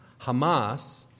Hamas